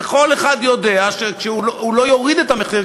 וכל אחד יודע שהוא לא יוריד את המחיר,